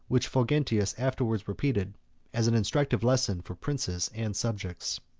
which fulgentius afterwards repeated as an instructive lesson for princes and subjects.